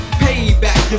payback